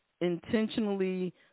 intentionally –